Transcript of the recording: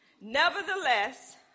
Nevertheless